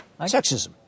Sexism